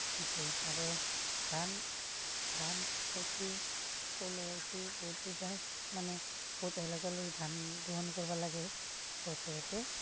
আৰু ধান ধান খেতি ক'লে কি বহুত বুজাই মানে বহুত এলেকালৈ ধান কৰিব লাগে বছৰতে